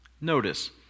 Notice